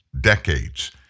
decades